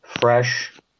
fresh